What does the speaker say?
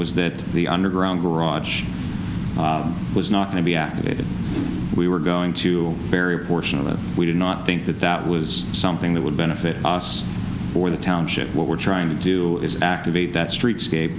was that the underground garage was not going to be activated we were going to bury a portion of it we did not think that that was something that would benefit us or the township what we're trying to do is activate that streetscape